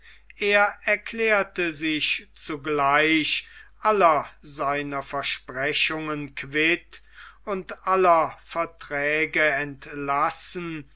er erklärte sich zugleich aller seiner versprechungen quitt und aller verträge entlassen